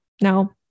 Now